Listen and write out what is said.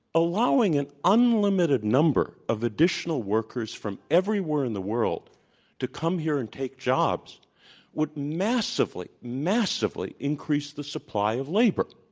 allowing an unlimited number of additional workers from everywhere in the world to come here and take jobs would massively, massively increase the supply of labor.